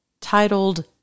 titled